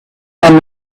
when